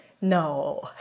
No